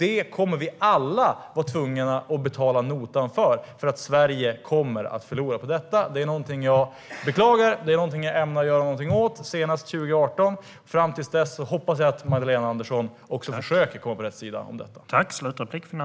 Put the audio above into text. Alla kommer att bli tvungna att betala notan för detta. Sverige kommer att förlora. Det är något jag beklagar, och det är något jag ämnar göra något åt senast 2018. Fram till dess hoppas jag att Magdalena Andersson försöker komma över på rätt sida.